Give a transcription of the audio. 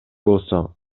болсо